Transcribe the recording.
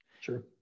Sure